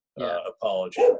Apology